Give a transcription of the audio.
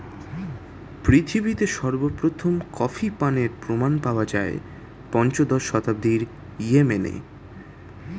পৃথিবীতে সর্বপ্রথম কফি পানের প্রমাণ পাওয়া যায় পঞ্চদশ শতাব্দীর ইয়েমেনে